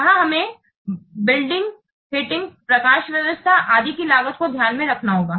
यहां हमें भवन हीटिंग प्रकाश व्यवस्था आदि की लागत को ध्यान में रखना होगा